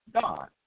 God